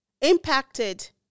impacted